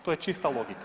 To je čista logika.